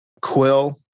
Quill